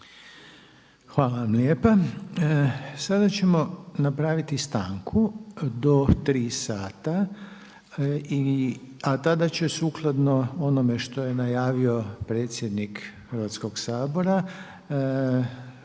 Hvala lijepa. Sada ćemo napraviti stanku do tri sata, a tada će sukladno onome što je najavio predsjednik Hrvatskog sabora,